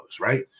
right